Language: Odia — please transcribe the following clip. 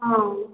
ହଁ